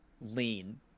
lean